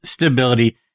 stability